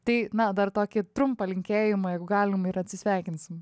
tai na dar tokį trumpą linkėjimą jeigu galima ir atsisveikinsim